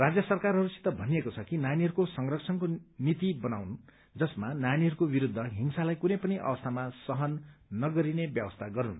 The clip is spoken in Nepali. राज्य सरकारहरूसित भनिएको छ कि नानीहरूको संरक्षणको नीति बनाऊन् जसमा नानीहरूको विरूद्ध हिंसालाई कुनै पनि अवस्थामा सहन नगरिने व्यवस्था गरून्